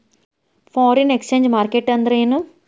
Foreign exchange market ಅಂದ್ರೇನು?